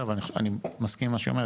אני מסכים עם מה שהיא אומרת,